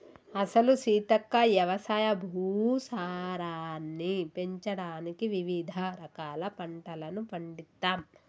అసలు సీతక్క యవసాయ భూసారాన్ని పెంచడానికి వివిధ రకాల పంటలను పండిత్తమ్